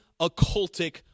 occultic